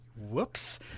Whoops